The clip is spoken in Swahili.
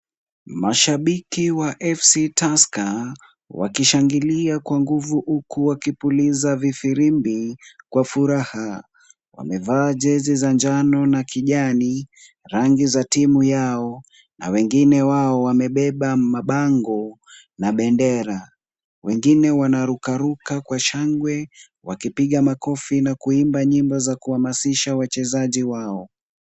Mashabiki wa FC Tasker, wakishangilia kwa nguvu huku wakipuliza vifirimbi, kwa furaha. Wamevaa jezi za njano na kijani, rangi za timu yao, na wengine wao wamebeba mabango na bendera. Wengine wanarukaruka kwa shangwe wakipiga makofi na kuimba nyimbo za kuhamasisha wachezaji wao.